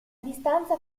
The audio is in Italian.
distanza